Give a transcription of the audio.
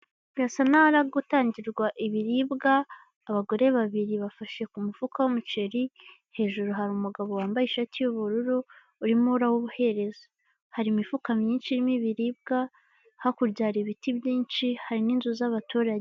Harasa n'ahari gutangirwa ibiribwa, abagore babiri bafashe ku mufuka w'umuceri hejuru hari umugabo wambaye ishati y'ubururu urimo urawubahereza, hari imifuka myinshi irimo ibiribwa hakurya hari ibiti byinshi hari n'inzu z'abaturage.